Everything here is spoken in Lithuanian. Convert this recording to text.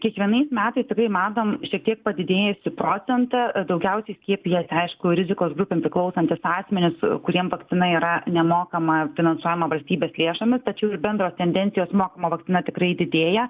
kiekvienais metais tikrai matom šiek tiek padidėjusį procentą daugiausiai skiepijasi aišku rizikos grupėms priklausantys asmenys kuriems vakcina yra nemokama finansuojama valstybės lėšomis tačiau iš bendros tendencijos mokama vakcina tikrai didėja